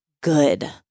good